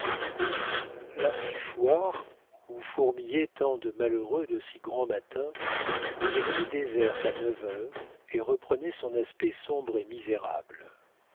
la rue du fouarre où fourmillaient tant de malheureux de si grand matin devenait déserte à neuf heures et reprenait son aspect sombre et misérable